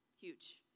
huge